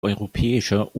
europäischer